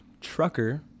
trucker